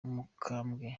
umukambwe